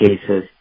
cases